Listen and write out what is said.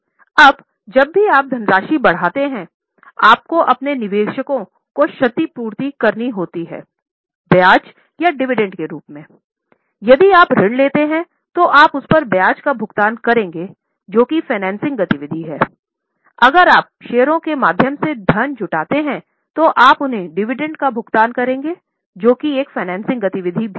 अब जब भी आप धनराशि बढ़ाते हैं आपको अपने निवेशकों को क्षति पूर्ति करनी होती है ब्याज या डिविडेंड गति विधि भी है